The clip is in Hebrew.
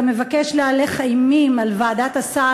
אתה מבקש להלך אימים על ועדת הסל.